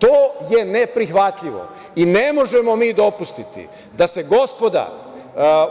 To je neprihvatljivo i ne možemo mi dopustiti da se gospoda